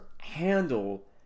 handle